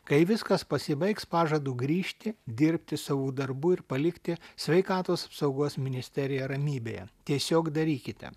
kai viskas pasibaigs pažadu grįžti dirbti savo darbų ir palikti sveikatos apsaugos ministeriją ramybėje tiesiog darykite